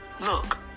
look